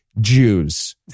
jews